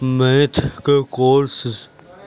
math کے courses